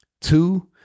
Two